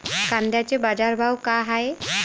कांद्याचे बाजार भाव का हाये?